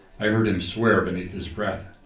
i heard him swear beneath his breath.